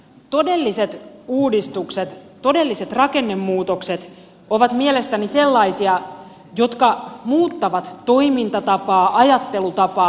todelliset uudistukset todelliset rakennemuutokset ovat mielestäni sellaisia jotka muuttavat toimintatapaa ajattelutapaa